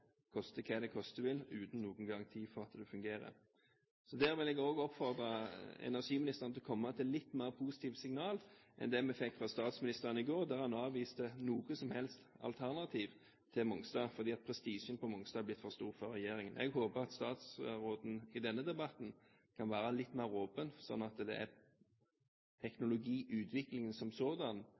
koste hva det koste vil – uten noen garanti for at det fungerer. Så der vil jeg også oppfordre energiministeren til å komme med litt mer positive signal enn det vi fikk fra statsministeren i går, da han avviste noe som helst alternativ til Mongstad. Prestisjen på Monstad er blitt for stor for regjeringen. Jeg håper at statsråden i denne debatten kan være litt mer åpen, slik at det er teknologiutviklingen som sådan